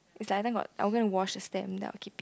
it's like then got I'm gonna wash the stamps then I'll keep it